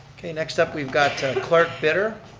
okay, next up, we've got clarke bitter.